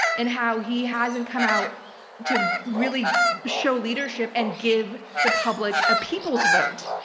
and how he hasn't come out to really show leadership and give the public a people's vote,